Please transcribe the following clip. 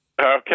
Okay